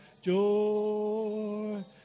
joy